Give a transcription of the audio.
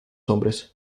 hombres